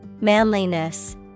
Manliness